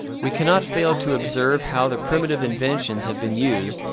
we cannot fail to observe how the primitive inventions have been used,